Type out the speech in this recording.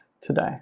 today